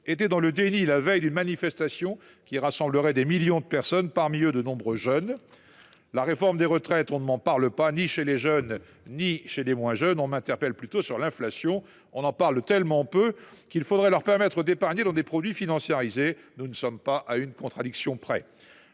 était dans le déni en disant, la veille d’une manifestation qui allait rassembler des millions de personnes, dont de nombreux jeunes :« La réforme des retraites, on ne m’en parle pas, ni chez les jeunes ni chez les moins jeunes. On m’interpelle plutôt sur l’inflation. » On en parle tellement peu qu’il faudrait leur permettre d’épargner des produits financiarisés ! Nous ne sommes pas à une contradiction près…